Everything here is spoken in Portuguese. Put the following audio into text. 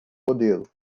modelo